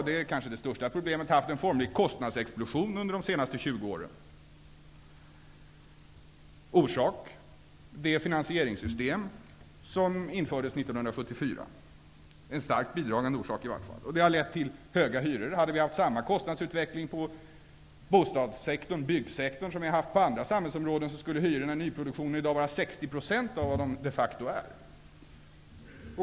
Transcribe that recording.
Det kanske största problemet är den kostnadsexplosion som vi haft under de senaste 20 åren. Orsak: Det finansieringssystem som infördes 1974 -- det är i varje fall en starkt bidragande orsak. Det har lett till höga hyror. Hade vi haft samma kostnadsutveckling på byggsektorn som vi har haft på andra samhällsområden, skulle hyrorna i nyproduktion i dag vara 60 % av vad de de facto är.